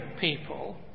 people